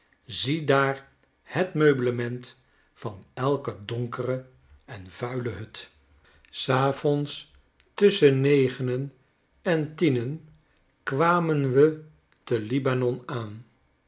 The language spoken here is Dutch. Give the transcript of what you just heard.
ziedaar het meublement van elke donkere en vuile hut s avonds tusschen negenen en tienen kwamen we te libanon aan